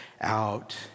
out